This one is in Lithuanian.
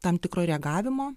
tam tikro reagavimo